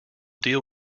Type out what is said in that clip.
deal